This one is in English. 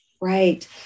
Right